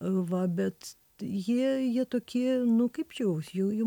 va bet jie jie tokie nu kaip jau jau jų